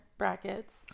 brackets